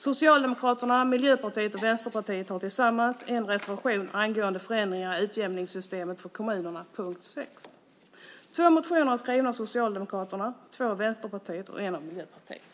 Socialdemokraterna, Miljöpartiet och Vänsterpartiet har tillsammans en reservation angående förändringar i utjämningssystemet för kommunerna, punkt 6. Två motioner är skrivna av Socialdemokraterna, två av Vänsterpartiet och en av Miljöpartiet.